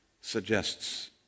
suggests